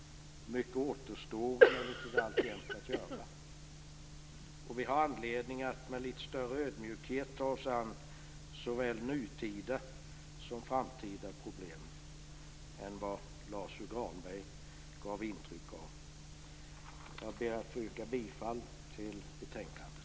Mycket återstår dock alltjämt att göra. Vi har anledning att ta oss an såväl nutida som framtida problem med litet större ödmjukhet än vad Lars U Granberg gav intryck av. Jag ber att få yrka bifall till hemställan i betänkandet.